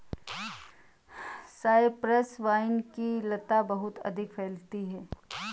Cyprus vine की लता बहुत अधिक फैलती है